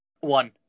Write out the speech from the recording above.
one